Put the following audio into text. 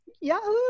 yahoo